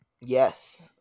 Yes